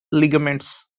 ligaments